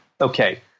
Okay